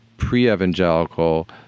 Pre-evangelical